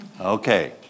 Okay